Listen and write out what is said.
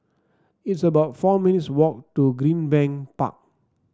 it's about four minutes' walk to Greenbank Park